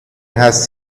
has